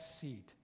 seat